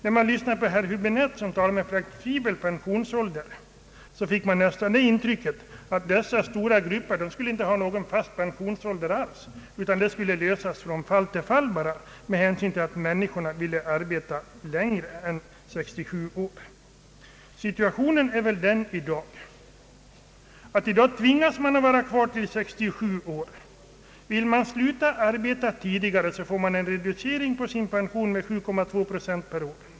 När herr Höbinette talade om en flexibel pensionsålder, fick jag nästan det intrycket att dessa stora grupper inte skulle få någon fast pensionsålder alls utan att pensionsfrågan skulle lösas från fall till fall med hänsyn till att människorna ville arbeta längre än till 67 år. Situationen är väl i dag den att många tvingas vara kvar till 67 år. Vill man sluta arbeta tidigare, vidkänns man en reducering på sin pension med 7,2 procent per år.